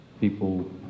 People